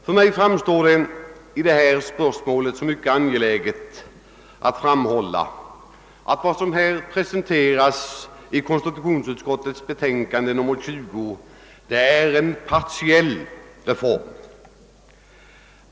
För mig framstår det som mycket angeläget att betona att vad som presenteras i konstitutionsutskottets betänkande nr 20 är en partiell reform.